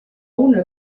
una